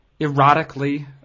erotically